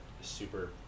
super